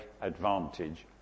advantage